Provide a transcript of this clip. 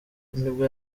nibwo